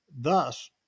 thus